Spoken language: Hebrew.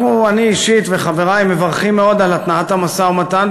אני אישית וחברי מברכים מאוד על התנעת המשא-ומתן,